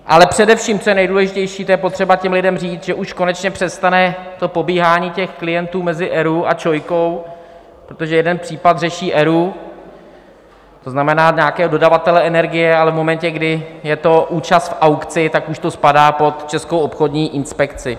Ale především, co je nejdůležitější, je potřeba lidem říct, že už konečně přestane pobíhání klientů mezi ERÚ a ČOI, protože jeden případ řeší ERÚ, to znamená nějakého dodavatele energie, ale v momentě, kdy je to účast v aukci, tak už to spadá pod Českou obchodní inspekci.